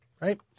Right